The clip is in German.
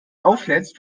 auflädst